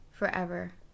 forever